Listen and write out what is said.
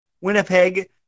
Winnipeg